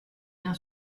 bien